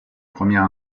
première